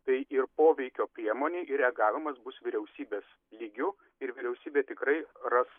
tai ir poveikio priemonių ir reagavimas bus vyriausybės lygiu ir vyriausybė tikrai ras